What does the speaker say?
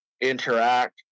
interact